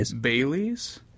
Bailey's